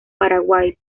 paraguay